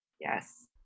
yes